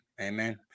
Amen